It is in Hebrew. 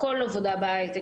כל עבודה בהיי-טק,